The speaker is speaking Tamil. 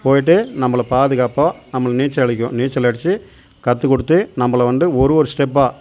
போயிட்டு நம்மள பாதுகாப்பாக நம்மள நீச்சல் அடிக்கும் நீச்சல் அடித்து கற்றுக் கொடுத்து நம்மள வந்து ஒரு ஒரு ஸ்டெப்பாக